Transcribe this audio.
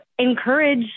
encourage